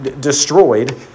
destroyed